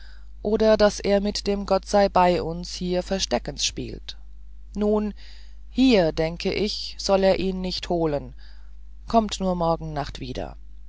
oder daß er mit dem gottseibeiuns hier versteckens spielt nun hier denke ich soll er ihn nicht holen kommt nur morgen nacht wieder